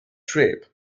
trip